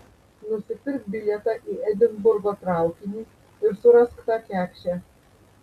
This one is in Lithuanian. nusipirk bilietą į edinburgo traukinį ir surask tą kekšę